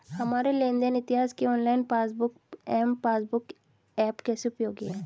हमारे लेन देन इतिहास के online passbook M passbook app कैसे उपयोगी है?